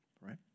Right